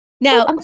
now